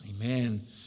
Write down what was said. amen